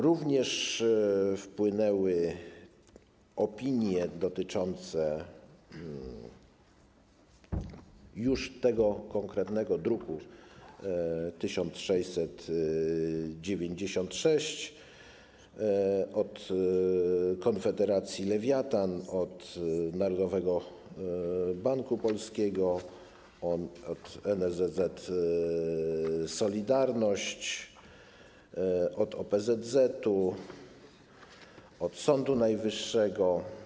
Również wpłynęły opinie dotyczące już tego konkretnego druku nr 1696 - od Konfederacji Lewiatan, od Narodowego Banku Polskiego, od NSZZ ˝Solidarność˝, od OPZZ, od Sądu Najwyższego.